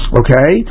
okay